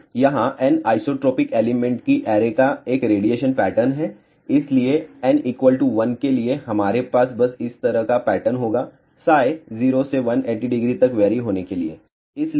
तो यहाँ n isotropic element की ऐरे का एक रेडिएशन पैटर्न है इसलिए n 1 के लिए हमारे पास बस इस तरह का एक पैटर्न होगा 0 से 1800 तक वेरी होने के लिए